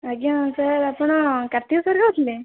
ଆଜ୍ଞା ସାର୍ ଆପଣ କାର୍ତ୍ତିକ ସାର୍ କହୁଥିଲେ